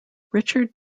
richard